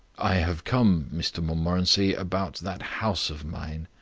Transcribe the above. i have come, mr montmorency, about that house of mine.